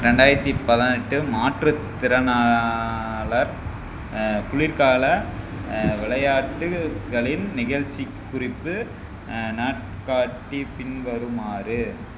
ரெண்டாயிரத்தி பதினெட்டு மாற்றுத்திறனாளர் குளிர்கால விளையாட்டுகளின் நிகழ்ச்சிக் குறிப்பு நாட்காட்டி பின்வருமாறு